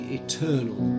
eternal